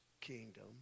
kingdom